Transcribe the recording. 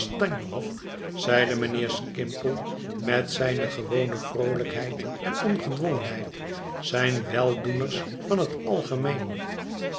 zeide mijnheer skimpole met zijne gewone vroolijkheid en ongedwongenheid zijn weldoeners van het algemeen